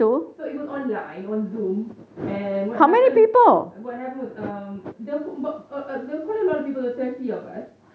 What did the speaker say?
so it was online on zoom and what happened what happened was um they but they recorded a lot of people there were thirty of us